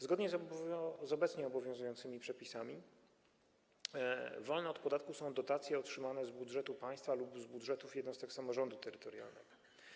Zgodnie z obecnie obowiązującymi przepisami wolne od podatku są dotacje otrzymane z budżetu państwa lub z budżetów jednostek samorządu terytorialnego.